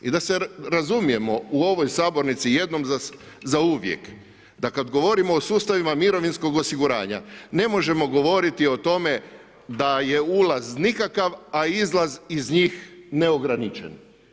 I da se razumijemo u ovoj sabornici jednom za uvijek, da kada govorimo o sustavima mirovinskog osiguranja, ne možemo govoriti o tome da je ulaza nikakav, a izlaz iz njih neograničen.